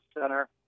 center